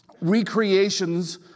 recreations